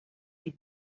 die